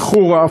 לחורה.